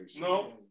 No